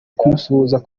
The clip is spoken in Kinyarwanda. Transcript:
kumusuhuza